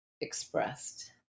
expressed